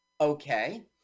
Okay